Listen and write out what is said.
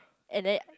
and then